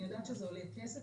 אני יודעת שזה עולה כסף,